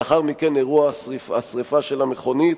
לאחר מכן, אירועי השרפה של המכונית,